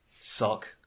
suck